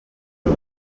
del